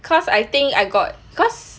cause I think I got cause